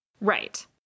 Right